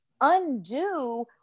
undo